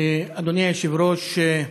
אדוני היושב-ראש,